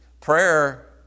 prayer